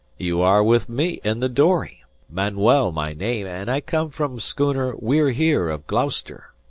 you are with me in the dory manuel my name, and i come from schooner we're here of gloucester.